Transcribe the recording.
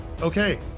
Okay